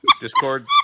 Discord